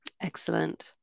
Excellent